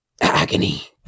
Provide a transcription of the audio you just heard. Agony